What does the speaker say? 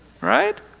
right